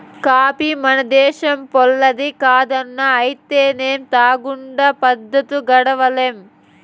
coffee మన దేశంపోల్లది కాదన్నా అయితేనేం తాగకుండా పద్దు గడవడంలే